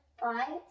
five